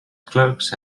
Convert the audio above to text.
clerks